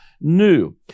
new